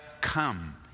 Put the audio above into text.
come